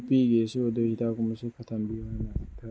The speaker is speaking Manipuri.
ꯅꯨꯄꯤꯒꯤꯁꯨ ꯑꯗꯨ ꯍꯤꯗꯥꯛ ꯀꯨꯝꯕꯁꯨ ꯈꯔ ꯊꯝꯕꯤꯔꯝꯎ